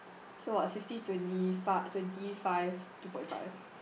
so what fifty twenty fiv~ twenty five two point five